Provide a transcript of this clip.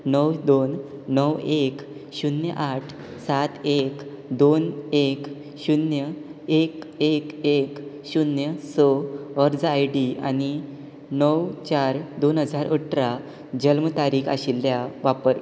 णव दोन णव एक शुन्य आठ सात एक दोन एक शुन्य एक एक एक शुन्य स अर्ज आय डी आनी णव चार दोन हजार अठरा जल्म तारीख आशिल्ल्या वापर